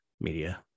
media